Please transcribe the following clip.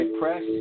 press